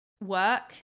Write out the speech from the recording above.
work